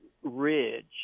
ridge